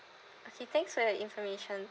okay thanks for your information